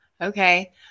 Okay